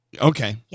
Okay